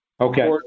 Okay